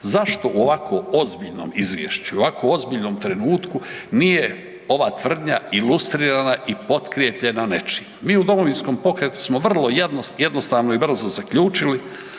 Zašto u ovakvom ozbiljnom izvješću u ovako ozbiljnom trenutku nije ova tvrdnja ilustrirana i potkrepljena nečim? Mi u Domovinskom pokretu smo vrlo jednostavno i brzo zaključili